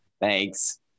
Thanks